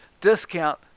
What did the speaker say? discount